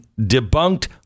debunked